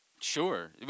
Sure